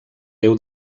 déu